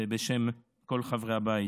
בשם כל חברי הבית.